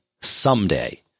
someday